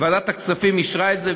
ועדת הכספים אישרה את זה,